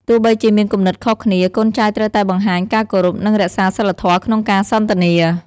ទោះបីជាមានគំនិតខុសគ្នា កូនចៅត្រូវតែបង្ហាញការគោរព និងរក្សាសីលធម៌ក្នុងការសន្ទនា។